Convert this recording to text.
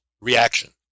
reaction